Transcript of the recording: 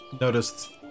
noticed